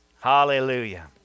Hallelujah